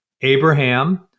abraham